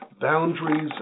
boundaries